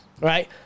Right